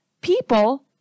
people